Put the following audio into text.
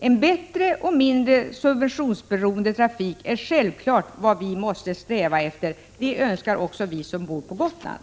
En bättre och mindre subventionsberoende trafik är givetvis vad vi måste sträva efter. Det önskar också vi som bor på Gotland.